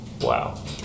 wow